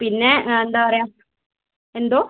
പിന്നെ ആ എന്താണ് പറയുക എന്തോ